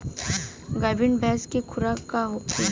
गाभिन भैंस के खुराक का होखे?